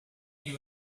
you